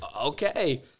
okay